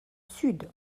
sud